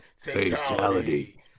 Fatality